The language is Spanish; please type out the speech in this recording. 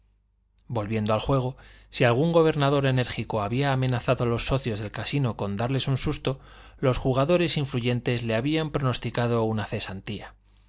volviendo al juego si algún gobernador enérgico había amenazado a los socios del casino con darles un susto los jugadores influyentes le habían pronosticado una cesantía